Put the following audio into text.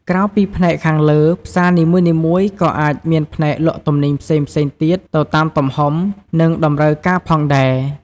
ក្រៅពីផ្នែកខាងលើ ផ្សារនីមួយៗក៏អាចមានផ្នែកលក់ទំនិញផ្សេងៗទៀតទៅតាមទំហំ និងតម្រូវការផងដែរ។